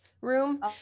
room